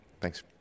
thanks